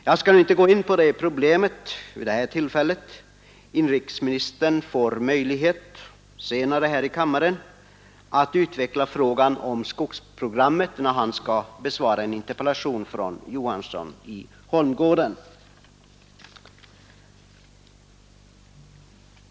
Jag skall inte gå närmare in på den saken vid det här tillfället. Inrikesministern får möjlighet att senare i kammaren utveckla frågan om skogsprogrammet, när han skall besvara en interpellation från herr Johansson i Holmgården.